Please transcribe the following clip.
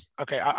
okay